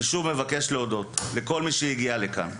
אני שוב מבקש להודות לכל מי שהגיע לכאן,